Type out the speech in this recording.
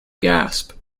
gasp